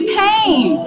pain